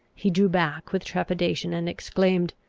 he drew back with trepidation, and exclaimed,